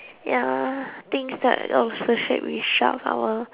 ya things that associate with sharks I will